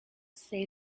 say